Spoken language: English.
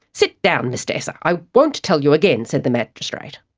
sit down, mr essa. i won't tell you again said the magistrate.